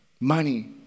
money